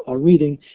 ah reading.